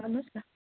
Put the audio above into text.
लानुहोस् न